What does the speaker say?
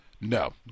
no